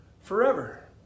forever